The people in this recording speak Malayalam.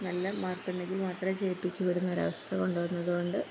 നല്ല മാർക്കുണ്ടെങ്കില് മാത്രം ജയിപ്പിച്ചു വിടുന്ന ഒര അവസ്ഥ കൊണ്ടുവന്നതുകൊണ്ട്